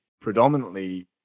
predominantly